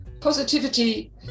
positivity